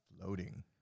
Floating